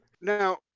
Now